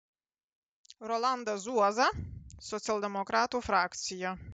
rolandas zuoza socialdemokratų frakcija